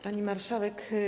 Pani Marszałek!